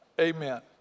amen